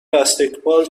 بسکتبال